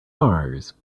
mars